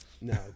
No